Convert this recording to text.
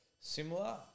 similar